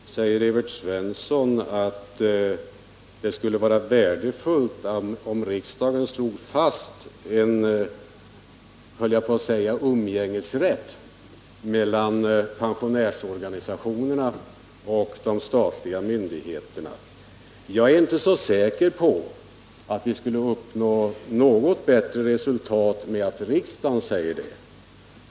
Herr talman! Evert Svensson säger att det vore värdefullt om riksdagen slog fast en — jag höll på att säga — umgängesrätt mellan pensionärsorganisationerna och de statliga myndigheterna. Jag är inte så säker på att vi skulle uppnå något bättre resultat med att riksdagen säger detta.